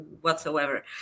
whatsoever